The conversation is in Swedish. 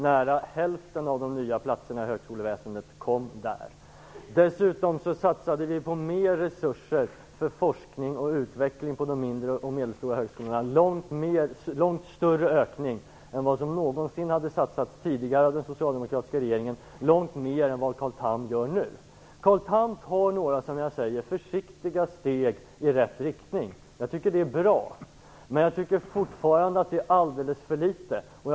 Nära hälften av de nya platserna i högskoleväsendet skapades därigenom. Dessutom satsade vi på mer resurser för forskning och utveckling på de mindre och medelstora högskolorna - en mycket större satsning än vad den socialdemokratiska regeringen någonsin tidigare hade gjort och mycket större satsning än vad Carl Tham gör nu. Carl Tham tar några försiktiga steg i rätt riktning, och jag tycker att det är bra. Men jag tycker fortfarande att det är alldeles för litet.